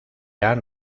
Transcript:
han